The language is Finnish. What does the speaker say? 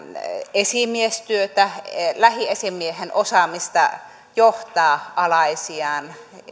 esimiestyötä lähiesimiehen osaamista johtaa alaisiaan